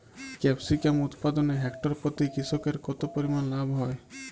Capsicum উৎপাদনে hectare প্রতি কৃষকের কত পরিমান লাভ হয়?